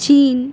চীন